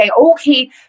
okay